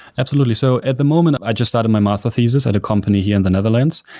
absolutely. so at the moment i just started my master thesis at a company here in the netherlands,